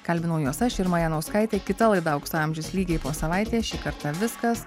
kalbinau juos aš irma janauskaitė kita laida aukso amžius lygiai po savaitės šį kartą viskas